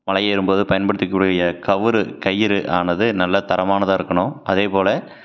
மலை ஏறும்போது பயன்படுத்தக்கூடிய கயிறு கயிறு ஆனது நல்ல தரமானதாக இருக்கணும் அதே போல்